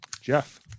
Jeff